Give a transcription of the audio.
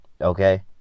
Okay